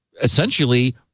essentially